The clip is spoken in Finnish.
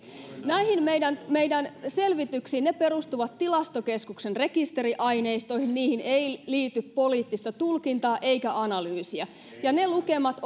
näihin meidän meidän selvityksiin ne perustuvat tilastokeskuksen rekisteriaineistoihin niihin ei liity poliittista tulkintaa eikä analyysiä ja ne lukemat